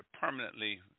permanently